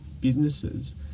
businesses